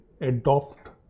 adopt